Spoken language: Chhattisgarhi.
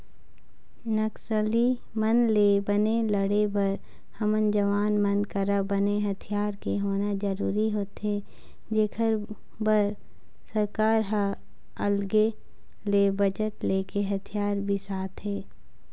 नक्सली मन ले बने लड़े बर हमर जवान मन करा बने हथियार के होना जरुरी होथे जेखर बर सरकार ह अलगे ले बजट लेके हथियार बिसाथे